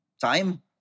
time